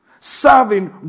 Serving